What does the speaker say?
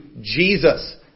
Jesus